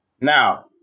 Now